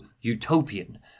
utopian